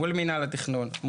מול מנהל התכנון,